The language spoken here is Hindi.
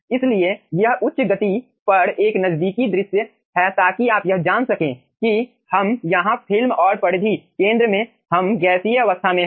इसलिए यह उच्च गति पर एक नज़दीकी दृश्य है ताकि आप यह जान सकें कि हम यहाँ फिल्म और परिधि केंद्र में हम गैसीय अवस्था में हैं